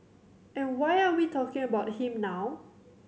and why are we talking about him now